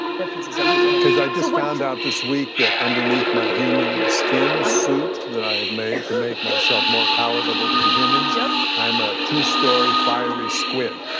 there are pieces of you in it. cause i just found out this week that underneath my human skin suit that i make myself more palatable to the humans, yeah i'm a two-story fiery squid,